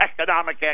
economic